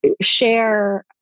share